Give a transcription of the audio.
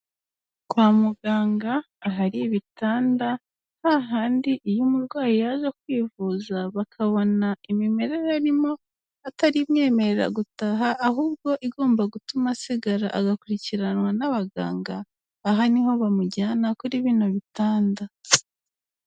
Kwa muganga, ahari ibitanda, hahandi iyo umurwayi yaje kwivuza, bakabona imimerere arimo atari imwemerera gutaha ahubwo igomba gutuma asigara agakurikiranwa n'abaganga, aha niho bamujyana, kuri bino bitanda.